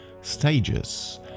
Stages